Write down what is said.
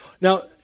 Now